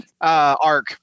arc